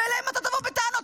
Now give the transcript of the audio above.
ואליהם אתה תבוא בטענות,